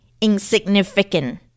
insignificant